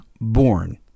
born